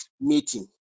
meeting